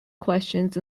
questions